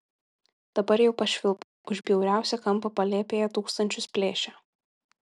dabar jau pašvilpk už bjauriausią kampą palėpėje tūkstančius plėšia